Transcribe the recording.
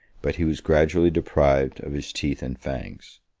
but he was gradually deprived of his teeth and fangs.